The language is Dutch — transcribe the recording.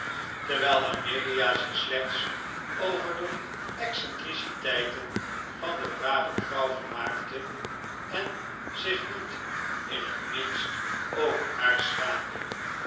terwijl amelia zich slechts over de excentriciteiten van de brave vrouw vermaakte en zich niet in het minst over haar schaamde